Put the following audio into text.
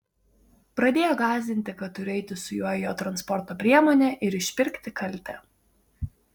pradėjo gąsdinti kad turiu eiti su juo į jo transporto priemonę ir išpirkti kaltę